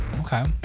okay